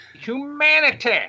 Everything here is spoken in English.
Humanity